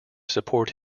support